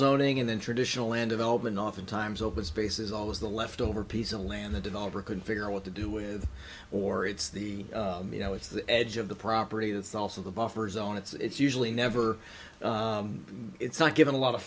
zoning and then traditional land of elbe and oftentimes open spaces always the leftover piece of land the developer could figure out what to do with or it's the you know it's the edge of the property that's also the buffer zone it's usually never it's not given a lot of